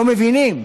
לא מבינים.